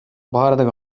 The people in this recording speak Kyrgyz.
бардык